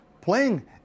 playing